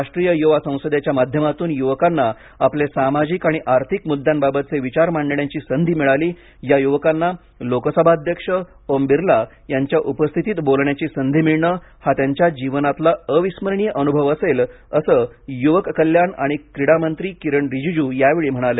राष्ट्रीय युवा संसदेच्या माध्यमातून युवकांना आपले सामाजिक आणि आर्थिक मुद्द्यांबाबतचे विचार मांडण्याची संधी मिळाली या युवकांना लोकसभा अध्यक्ष ओम बिर्ला यांच्या उपस्थितीत बोलण्याची संधी मिळणं हा त्यांच्या जीवनातला अविस्मरणीय अनुभव असेल असं युवक कल्याण आणि क्रीडा मंत्री किरण रिजिजू यावेळी म्हणाले